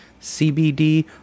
CBD